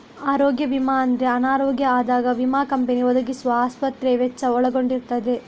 ಆರೋಗ್ಯ ವಿಮೆ ಅಂದ್ರೆ ಅನಾರೋಗ್ಯ ಆದಾಗ ವಿಮಾ ಕಂಪನಿ ಒದಗಿಸುವ ಆಸ್ಪತ್ರೆ ವೆಚ್ಚ ಒಳಗೊಂಡಿರ್ತದೆ